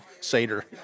Seder